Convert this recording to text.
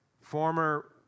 Former